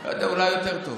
לא יודע, אולי יותר טוב.